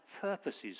purposes